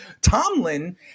Tomlin